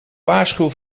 waarschuwen